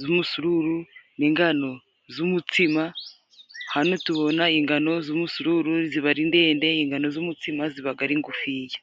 z'umusururu, n'ingano z'umutsima, hano tubona ingano z'umusururu ziba ari ndende, ingano z'umutsima zibaga ari ngufiya.